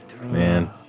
man